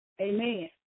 Amen